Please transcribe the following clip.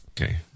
Okay